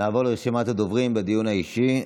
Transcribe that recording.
נעבור לרשימת הדוברים בדיון האישי.